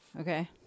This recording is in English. Okay